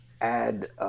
add